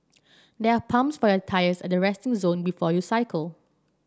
there are pumps for your tyres at the resting zone before you cycle